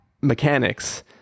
mechanics